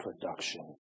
production